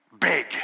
big